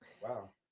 Wow